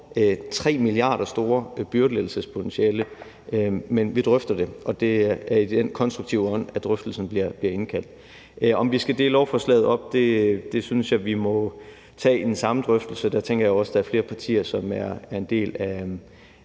kroner store byrdelettelsespotentiale. Men vi drøfter det, og det er i den konstruktive ånd, der bliver indkaldt til drøftelsen. Om vi skal dele lovforslaget op, synes jeg vi må tage i den samme drøftelse. Der tænker jeg jo også, at der er flere partier, som er en del af